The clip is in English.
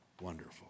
wonderful